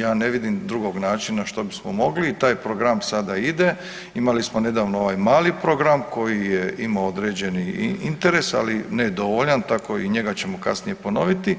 Ja ne vidim drugog načina što bismo mogli i taj program sada ide, imali smo nedavno ovaj mali program koji je imao određeni interes, ali ne dovoljan, tako i njega ćemo kasnije ponoviti,